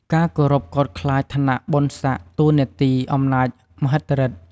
ការគោរពកោតខ្លាចឋានៈ បុណ្យសក្តិ តួនាទី អំណាចមហិទ្ធិឬទ្ធ។